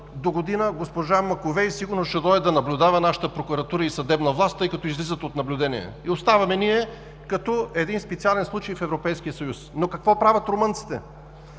догодина госпожа Маковей сигурно ще дойде да наблюдава нашата прокуратура и съдебна власт, тъй като излизат от наблюдение. Оставаме ние като един специален случай в Европейския съюз. Но какво правят румънците?